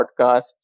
podcasts